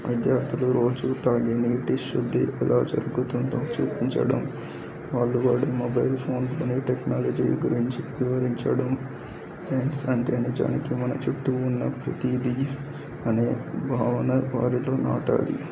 విద్యార్థులు రోజు తాగే నీటి శుద్ధి ఎలా జరుగుతుందో చూపించడం వాళ్ళ వాడు మొబైల్ ఫోన్లోని టెక్నాలజీ గురించి వివరించడం సైన్స్ అంటే నిజానికి మన చుట్టూ ఉన్న ప్రతీదీ అనే భావన వారిలో నాటాలి